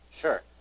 Sure